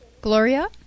Gloria